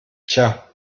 tja